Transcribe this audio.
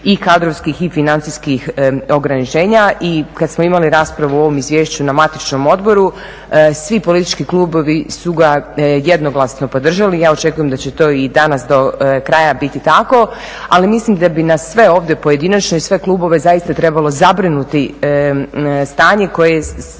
i kadrovskih, i financijskih ograničenja i kad smo imali raspravu o ovom izvješću na matičnom odboru svi politički klubovi su ga jednoglasno podržali. Ja očekujem da će to i danas do kraja bit tako, ali mislim da bi nas sve ovdje pojedinačno i sve klubove zaista trebalo zabrinuti stanje koje se